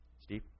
Steve